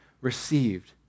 received